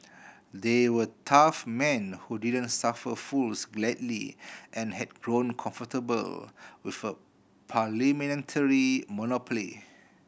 they were tough men who didn't suffer fools gladly and had grown comfortable with a parliamentary monopoly